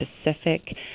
specific